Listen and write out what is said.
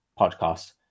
podcast